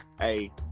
hey